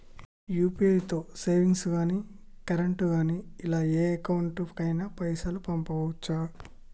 UPI తో savings గాని current గాని ఇలా ఏ అకౌంట్ కైనా పైసల్ పంపొచ్చా?